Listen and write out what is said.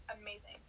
amazing